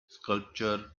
sculptor